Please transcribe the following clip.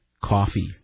coffee